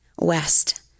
West